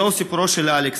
זהו סיפורו של אלכס,